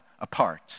apart